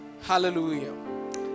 Hallelujah